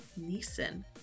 Neeson